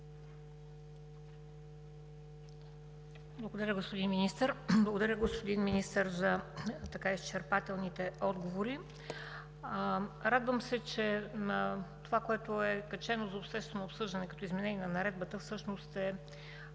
Благодаря, господин Председател. Господин Министър, благодаря за изчерпателните отговори. Радвам се, че това, което е качено за обществено обсъждане като изменение на Наредбата, всъщност е